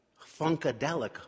funkadelic